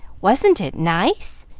wasn't it nice?